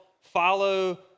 Follow